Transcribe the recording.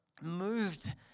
moved